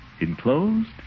Enclosed